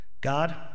God